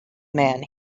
man